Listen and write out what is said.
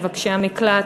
מבקשי המקלט,